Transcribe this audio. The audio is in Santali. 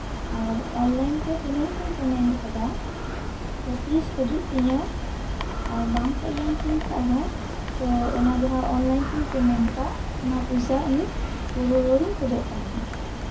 ᱟᱨ ᱚᱱᱞᱟᱭᱤᱱ ᱛᱮ ᱯᱮᱢᱮᱱᱴ ᱦᱚᱸᱧ ᱯᱮᱢᱮᱱᱴ ᱟᱠᱟᱫᱟ ᱛᱳ ᱛᱤᱥ ᱦᱤᱡᱩᱜ ᱛᱤᱧᱟ ᱟᱨ ᱵᱟᱝ ᱦᱮᱡ ᱞᱮᱱᱛᱤᱧ ᱠᱷᱟᱡ ᱦᱚᱸ ᱛᱳ ᱚᱱᱟ ᱡᱟᱦᱟᱸ ᱚᱱᱞᱟᱭᱤᱱ ᱛᱤᱧ ᱯᱮᱢᱮᱱᱴ ᱟᱠᱟᱫ ᱚᱱᱟ ᱯᱚᱭᱥᱟ ᱤᱧ ᱨᱩᱣᱟᱹᱲᱤᱧ ᱠᱷᱚᱡᱚᱜ ᱠᱟᱱᱟ